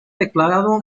declarado